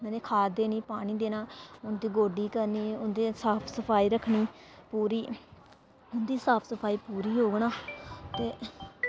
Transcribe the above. मतलब कि खाद देनी पानी देना उं'दी गोड्डी करनी उं'दी साफ सफाई रक्खनी पूरी उं'दी साफ सफाई पूरी होग ना ते